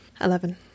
Eleven